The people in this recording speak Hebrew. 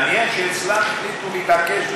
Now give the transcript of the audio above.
מעניין שאצלם החליטו להתעקש,